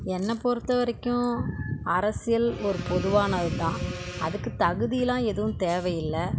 என்னை பொறுத்த வரைக்கும் அரசியல் ஒரு பொதுவானது தான் அதுக்கு தகுதியிலாம் எதுவும் தேவை இல்லை